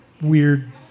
weird